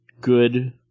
good